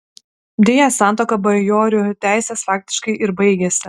deja santuoka bajorių teisės faktiškai ir baigėsi